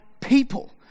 People